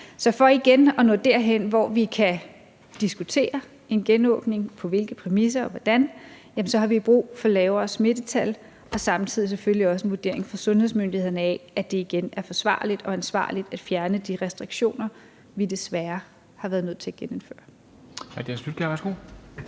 Så for igen at nå derhen, hvor vi kan diskutere en genåbning, på hvilke præmisser og hvordan, har vi brug for lavere smittetal og samtidig selvfølgelig også en vurdering fra sundhedsmyndighederne af, at det igen er forsvarligt og ansvarligt at fjerne de restriktioner, vi desværre har været nødt til at genindføre.